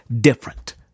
different